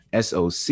SOC